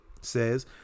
says